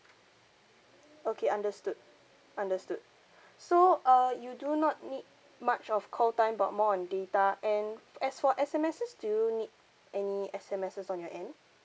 okay understood understood so err you do not need much of call time but more on data and as for S_M_Ses do you need any S_M_Ses on your end